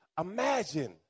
Imagine